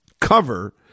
cover